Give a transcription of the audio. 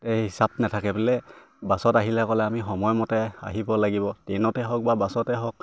হিচাপ নাথাকে বোলে বাছত আহিলে ক'লে আমি সময়মতে আহিব লাগিব ট্ৰেইনতে হওক বা বাছতে হওক